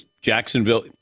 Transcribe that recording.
Jacksonville